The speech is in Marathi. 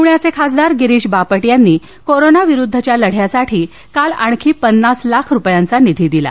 पुण्याचे खासदार गिरीश बापट यांनी कोरोना विरुद्धच्या लढ्यासाठी काल आणखी पन्नास लाख रुपयांचा निधी दिला